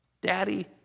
Daddy